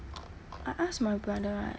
I asked my brother right